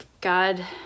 God